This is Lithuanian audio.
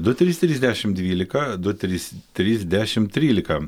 du trys trys dešim dvylika du trys trys dešim trylika